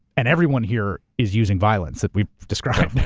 and everyone here is using violence that we've described.